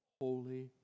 holy